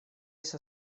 есть